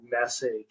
message